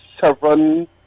seven